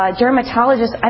dermatologist